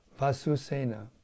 Vasusena